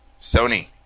Sony